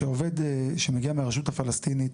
שעובד שמגיע מהרשות הפלסטינית,